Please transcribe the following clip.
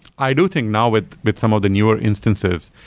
i do think now with with some of the newer instances,